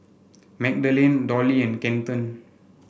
Magdalie Dollie and Kenton